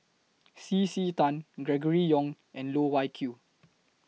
C C Tan Gregory Yong and Loh Wai Kiew